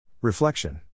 Reflection